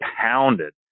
pounded